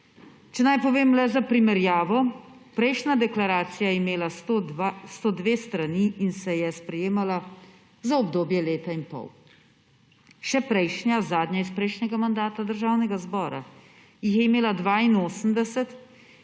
Če naj povem le za primerjavo. Prejšnja deklaracija je imela 102 strani in se je sprejemala za obdobje leta in pol, še prejšnja, zadnja iz prejšnjega mandata državnega zbora, jih je imela 82